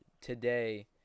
today